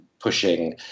pushing